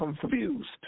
confused